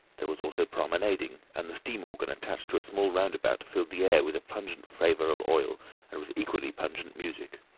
there was also promenading, and the steam organ attached to a small roundabout filled the air with a pungent flavour of oil and with equally pungent music.